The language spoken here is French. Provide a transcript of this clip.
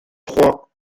trois